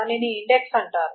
దానిని ఇండెక్స్ అంటారు